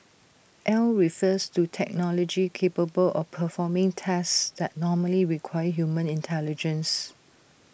al refers to technology capable of performing tasks that normally require human intelligence